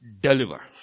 deliver